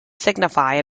signify